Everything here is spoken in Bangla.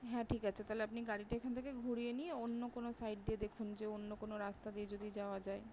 হ্যাঁ ঠিক আছে তাহলে আপনি গাড়িটা এখান থেকে ঘুরিয়ে নিয়ে অন্য কোনো সাইড দিয়ে দেখুন যে অন্য কোনো রাস্তা দিয়ে যদি যাওয়া যায়